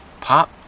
Pop